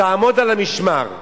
תעמוד על המשמר,